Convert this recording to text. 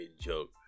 joke